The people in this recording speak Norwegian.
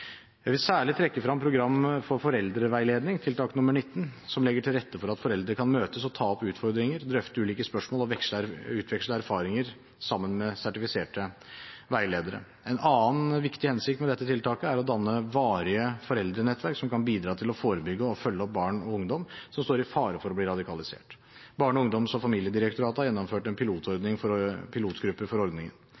Jeg vil særlig trekke frem Program for foreldreveiledning i tiltak 19, som legger til rette for at foreldre kan møtes og ta opp utfordringer, drøfte ulike spørsmål og utveksle erfaringer sammen med sertifiserte veiledere. En annen viktig hensikt med dette tiltaket er å danne varige foreldrenettverk som kan bidra til å forebygge og følge opp barn og ungdom som står i fare for å bli radikalisert. Barne-, ungdoms- og familiedirektoratet har hatt en